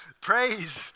Praise